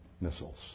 missiles